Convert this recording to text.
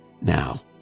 now